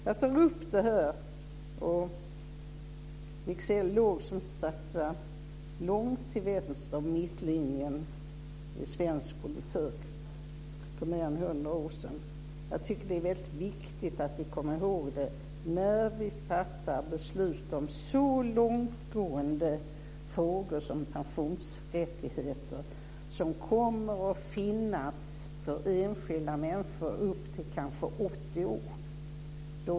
Jag tog upp det här. Wicksell låg som sagt långt till vänster om mittlinjen i svensk politik för mer än hundra år sedan. Jag tycker att det är väldigt viktigt att vi kommer ihåg det när vi fattar beslut om så långtgående frågor som pensionsrättigheter, som kommer att finnas för enskilda människor upp till kanske 80 år.